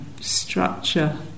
structure